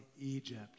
Egypt